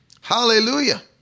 Hallelujah